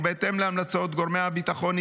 ובהתאם להמלצות גורמי הביטחון,